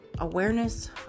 Awareness